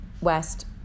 west